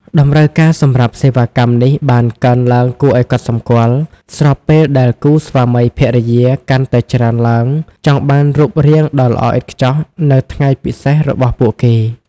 តម្រូវការសម្រាប់សេវាកម្មនេះបានកើនឡើងគួរឱ្យកត់សម្គាល់ ស្របពេលដែលគូស្វាមីភរិយាកាន់តែច្រើនឡើងចង់បានរូបរាងដ៏ល្អឥតខ្ចោះនៅថ្ងៃពិសេសរបស់ពួកគេ។